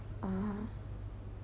ah